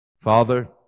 Father